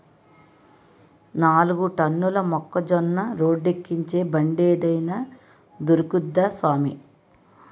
నాలుగు టన్నుల మొక్కజొన్న రోడ్డేక్కించే బండేదైన దొరుకుద్దా సామీ